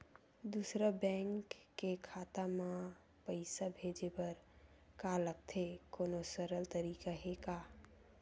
दूसरा बैंक के खाता मा पईसा भेजे बर का लगथे कोनो सरल तरीका हे का?